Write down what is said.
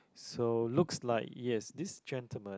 so looks like yes this gentlemen